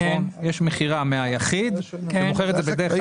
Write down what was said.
יש מכירה מהיחיד והוא מוכר את זה בדרך כלל ליזם.